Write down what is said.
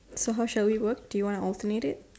so how shall we work do you wanna alternate it